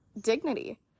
dignity